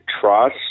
trust